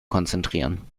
konzentrieren